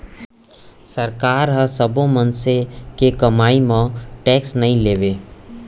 सरकार ह सब्बो मनसे के कमई म टेक्स नइ लेवय